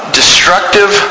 destructive